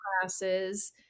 classes